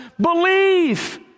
Believe